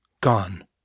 Gone